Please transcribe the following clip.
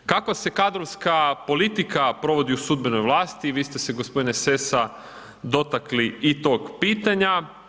Kako je kadrovska politika provodi u sudbenoj vlasti, vi ste se g. Sessa dotakli i tog pitanja.